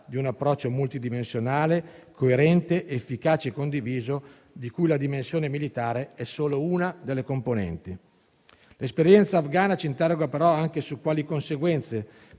di un approccio multidimensionale coerente, efficace e condiviso, di cui la dimensione militare è solo una delle componenti. L'esperienza afghana ci interroga, però, anche su quali conseguenze